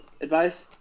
advice